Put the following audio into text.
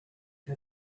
had